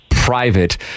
Private